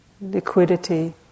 liquidity